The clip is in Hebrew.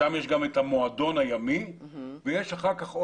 שם יש גם את המועדון הימי ואחר כך יש